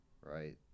right